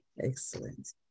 Excellent